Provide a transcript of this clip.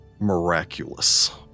Miraculous